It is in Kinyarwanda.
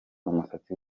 umusatsi